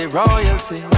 royalty